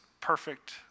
perfect